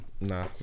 Nah